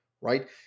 right